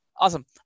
awesome